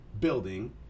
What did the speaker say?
building